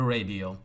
Radio